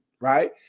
Right